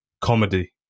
comedy